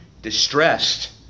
distressed